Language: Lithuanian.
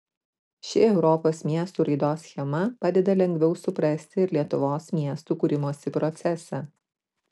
ši europos miestų raidos schema padeda lengviau suprasti ir lietuvos miestų kūrimosi procesą